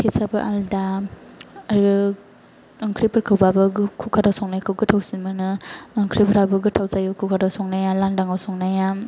test आबो आलादा आरो ओंख्रिफोरखौबाबो कुकार आव संनायखौ गोथावसिन मोनो ओंख्रिफोराबो गोथाव जायो कुकार आव संनाया लांदांआव संनाया